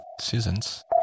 seasons